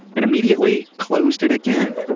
and immediately closed it again. but